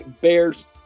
Bears